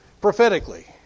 prophetically